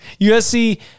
USC